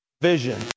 vision